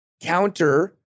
counter